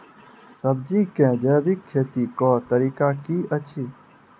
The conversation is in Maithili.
सब्जी केँ जैविक खेती कऽ तरीका की अछि?